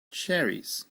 cherries